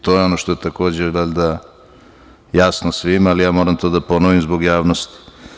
To je ono što je takođe, valjda, jasno svima, ali ja to moram da ponovim zbog javnosti.